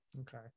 Okay